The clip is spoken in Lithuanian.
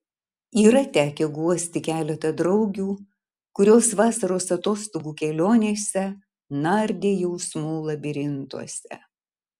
yra tekę guosti keletą draugių kurios vasaros atostogų kelionėse nardė jausmų labirintuose